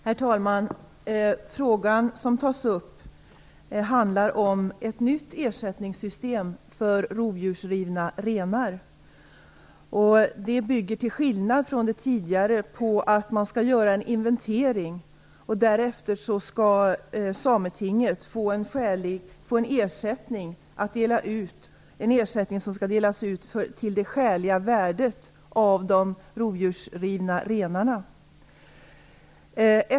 Herr talman! Frågan som tas upp handlar om ett nytt ersättningssystem när det gäller rovdjursrivna renar. Detta bygger till skillnad från det tidigare på att man skall göra en inventering, och därefter skall sametinget få en ersättning som skall delas ut för det skäliga värdet av de rovdjursrivna renarna.